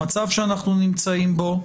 למצב שאנחנו נמצאים בו.